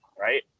Right